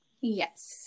yes